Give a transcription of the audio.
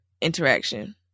interaction